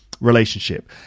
relationship